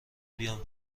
بیام